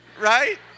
right